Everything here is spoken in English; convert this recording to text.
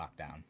lockdown